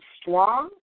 strong